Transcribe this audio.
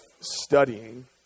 studying